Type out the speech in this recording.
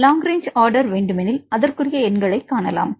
long range order வேண்டுமெனில் அதற்குரிய எண்களைக் காணலாம்